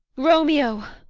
romeo,